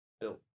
built